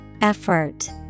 Effort